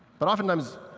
but oftentimes,